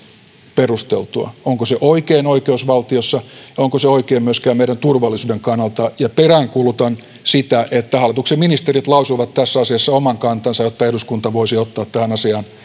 perusteltua onko se oikein oikeusvaltiossa ja onko se oikein myöskään meidän turvallisuutemme kannalta ja peräänkuulutan sitä että hallituksen ministerit lausuvat tässä asiassa oman kantansa jotta eduskunta voisi ottaa tähän asiaan